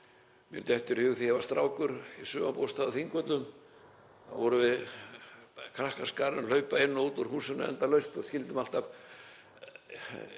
Mér dettur í hug þegar ég var strákur í sumarbústað á Þingvöllum þá vorum við krakkaskarinn að hlaupa inn og út úr húsinu endalaust og skildum alltaf